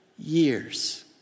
years